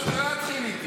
שלא יתחיל איתי.